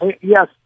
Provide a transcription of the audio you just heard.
Yes